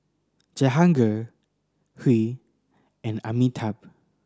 Jehangirr Hri and Amitabh